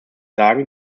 sagen